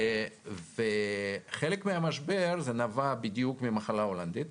וחלק מהמשבר נבע מהמחלה ההולנדית,